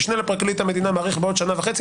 משנה לפרקליט המדינה מאריך בעוד שנה וחצי,